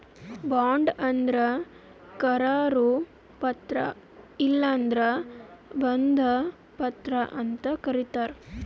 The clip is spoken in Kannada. ಬಾಂಡ್ ಅಂದ್ರ ಕರಾರು ಪತ್ರ ಇಲ್ಲಂದ್ರ ಬಂಧ ಪತ್ರ ಅಂತ್ ಕರಿತಾರ್